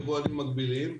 יבואנים מקבילים,